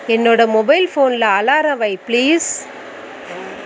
என்னோட மொபைல் ஃபோனில் அலாரம் வை ப்ளீஸ்